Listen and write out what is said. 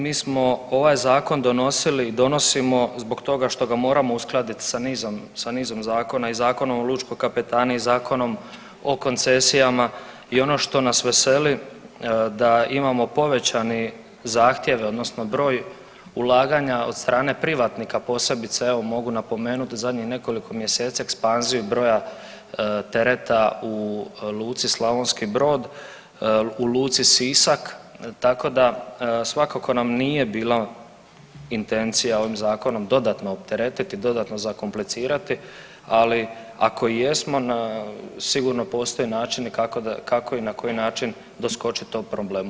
Mi, mi smo ovaj zakon donosili i donosimo zbog toga što ga moramo uskladit sa nizom, sa nizom zakona i Zakonom o lučkoj kapetaniji, Zakonom o koncesijama i ono što nas veseli da imamo povećane zahtjeve odnosno broj ulaganja od strane privatnika, posebice evo mogu napomenut zadnjih nekoliko mjeseci ekspanziju broja tereta u luci Slavonski Brod, u luci Sisak, tako da svakako nam nije bila intencija ovim zakonom dodatno opteretiti i dodatno zakomplicirati, ali ako i jesmo sigurno postoje načini kako da, kako i na koji način doskočit tom problemu.